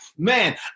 Man